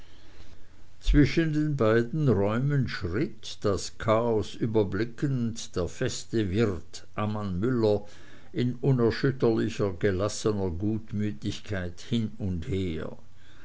zwischen beiden räumen schritt das chaos überblickend der feste wirt ammann müller in unerschütterlicher gelassener gutmütigkeit hin und her